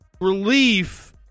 relief